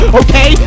okay